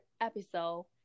episode